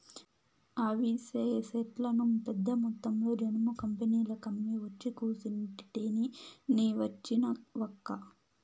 అవిసె సెట్లను పెద్దమొత్తంలో జనుము కంపెనీలకమ్మి ఒచ్చి కూసుంటిని నీ వచ్చినావక్కా